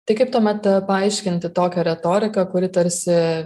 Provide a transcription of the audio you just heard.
tai kaip tuomet paaiškinti tokią retoriką kuri tarsi